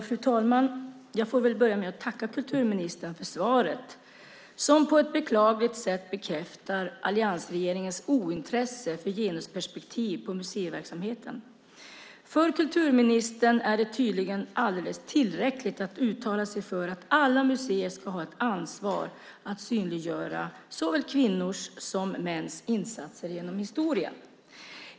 Fru talman! Jag får väl börja med att tacka kulturministern för svaret som på ett beklagligt sätt bekräftar alliansregeringens ointresse för genusperspektiv på museiverksamheten. För kulturministern är det tydligen alldeles tillräckligt att uttala sig om att alla museer ska ha ett ansvar att synliggöra såväl kvinnors som mäns insatser genom historien.